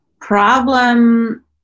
problem